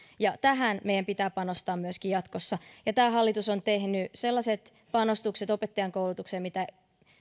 ja tähän meidän pitää panostaa myöskin jatkossa tämä hallitus on tehnyt sellaiset panostukset opettajankoulutukseen mitä